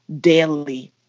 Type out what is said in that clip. daily